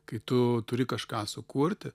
kai tu turi kažką sukurti